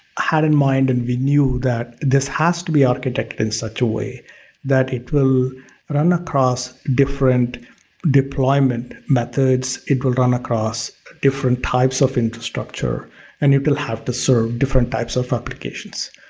had in mind and we knew that this has to be architect in such a way that it will run across different deployment methods, it will run across different types of infrastructure and it will have to serve different types of applications.